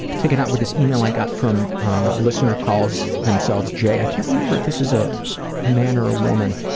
take it out with this email i got from a listener who calls themselves j. i can't remember if this is ah a man or a woman,